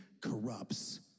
corrupts